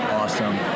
awesome